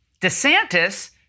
DeSantis